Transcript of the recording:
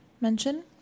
mention